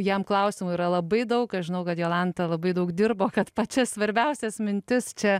jam klausimų yra labai daug aš žinau kad jolanta labai daug dirbo kad pačias svarbiausias mintis čia